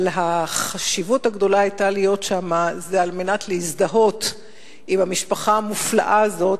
אבל החשיבות הגדולה להיות שם היתה כדי להזדהות עם המשפחה המופלאה הזאת,